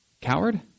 Coward